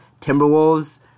Timberwolves